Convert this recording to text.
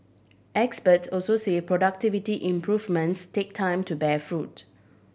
experts also say productivity improvements take time to bear fruit